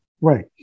Right